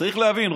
צריך להבין,